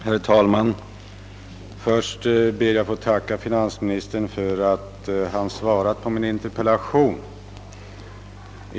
Herr talman! Först ber jag att få tacka finansministern för att han svarat på min interpellation.